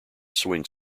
swing